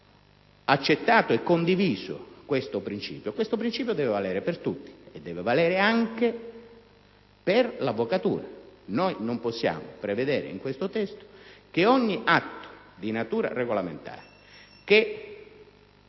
abbiamo accettato e condiviso questo principio, esso deve valere per tutti, e anche per l'avvocatura. Non possiamo prevedere in questo testo che ogni atto di natura regolamentare...